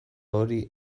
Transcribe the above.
hori